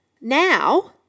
Now